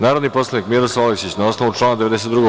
Narodni poslanik Miroslav Aleksić na osnovu člana 92.